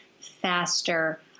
faster